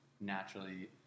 naturally